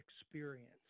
experience